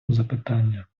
запитання